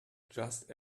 just